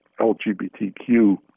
LGBTQ